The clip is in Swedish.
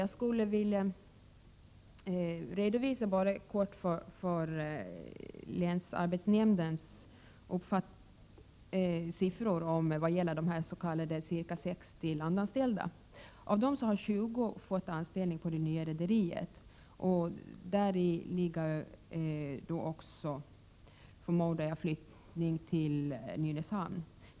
Jag skulle vilja helt kort redovisa länsarbetsnämndens siffror vad gäller de ca 60 s.k. landanställda. Av dem har 20 fått anställning på det nya rederiet. Däri ingår förmodligen flyttningen till Nynäshamn.